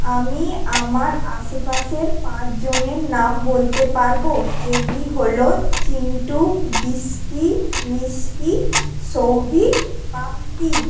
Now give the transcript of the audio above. আমি আমার আশেপাশের পাঁচজনের নাম বলতে পারব যেগুলি হল চিন্টু বৃষ্টি মিষ্টি সৌভিক প্রাপ্তি